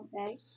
Okay